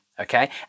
Okay